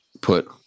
put